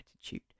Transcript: attitude